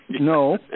No